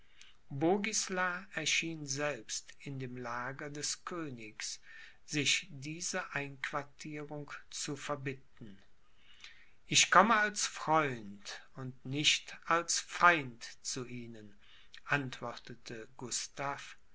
erschien selbst in dem lager des königs sich diese einquartierung zu verbitten ich komme als freund und nicht als feind zu ihnen antwortete